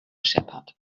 shepherd